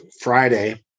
Friday